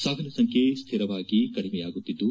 ಸಾವಿನ ಸಂಬ್ಲೆ ಸ್ಥಿರವಾಗಿ ಕಡಿಮೆಯಾಗುತ್ತಿದ್ದು